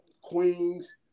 Queens